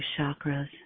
chakras